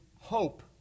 Hope